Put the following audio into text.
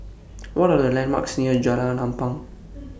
What Are The landmarks near Jalan Ampang